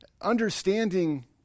understanding